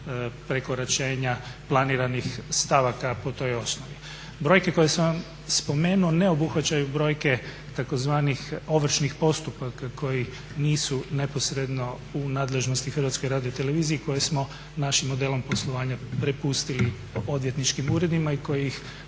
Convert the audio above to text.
prekoračenja planiranih stavaka po toj osnovi. Brojke koje sam vam spomenuo ne obuhvaćaju brojke tzv. ovršnih postupaka koji nisu neposredno u nadležnosti HRT-a koje smo našim modelom poslovanja prepustili odvjetničkim uredima i koji ih